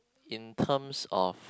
in terms of